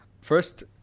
First